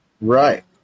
Right